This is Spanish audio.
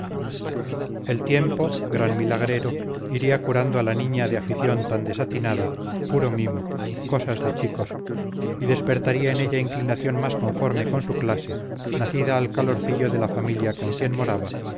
el tiempo gran milagrero iría curando a la niña de afición tan desatinada puro mimo cosas de chicos y despertaría en ella inclinación más conforme con su clase nacida al calorcillo de la familia con quien moraba